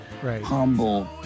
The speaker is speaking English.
humble